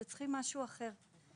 שתלויים במצבו של אותו זקן.